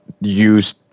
use